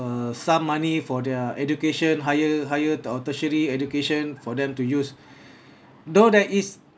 err some money for their education higher higher or tertiary education for them to use though there is